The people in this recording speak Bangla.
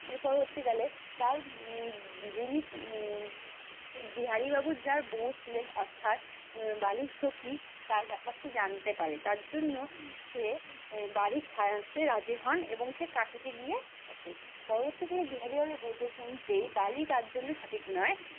এ পরবর্তী কালে তার যিনি বিহারীবাবু যার বউ ছিলেন অর্থাৎ বালির শখী তার ব্যাপারটি জানতে পারে তার জন্য সে বাড়ি ছাড়তে রাজি হন এবং সে কাশীতে গিয়ে বসে পরবর্তী কালে বিহারীবাবু বুঝেছেন যে বালি তার জন্য সঠিক নয়